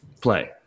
play